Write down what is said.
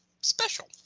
special